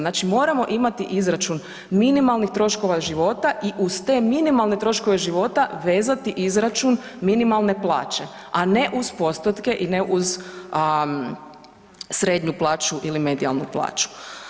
Znači moramo imati izračun minimalnih troškova života i uz te minimalne troškove života vezati izračun minimalne plaće, a ne uz postotke i ne uz srednju plaću ili medijalnu plaću.